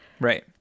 Right